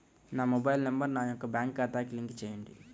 నా mobile number నా యొక్క బ్యాంక్ ఖాతాకి లింక్ చేయండీ?